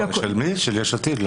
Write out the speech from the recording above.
לא, של יש עתיד?